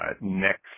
next